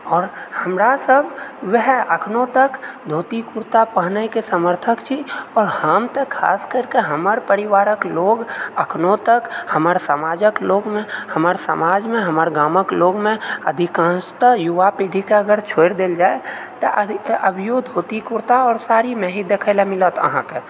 आओर हमरा सभ वएह अखनो तक धोती कुरता पहनयके समर्थक छी आओर हम तऽ खास करिकऽ हमर परिवारक लोग अखनो तक हमर समाजक लोगमे हमर समाज मे हमर गामक लोगमे अधिकांशतः युवा पीढीकऽ अगर छोड़ि देल जाय तऽ अभियो धोती कुरता आओर साड़ीमे ही देखयलऽ मिलत अहाँके